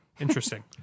Interesting